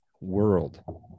world